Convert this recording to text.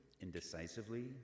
indecisively